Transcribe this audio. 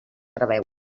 preveuen